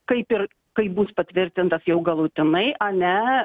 kaip ir kai bus patvirtintas jau galutinai ane